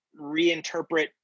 reinterpret